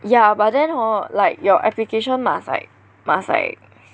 ya but then hor like your application must like must like